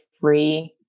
free